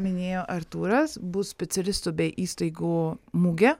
minėjo artūras bus specialistų bei įstaigų mugė